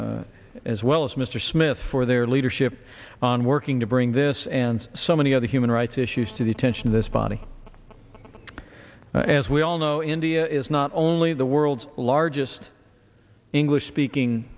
as well as mr smith for their leadership on working to bring this and so many other human rights issues to the attention of this body as we all know india is not only the world's largest english speaking